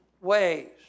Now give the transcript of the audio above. ways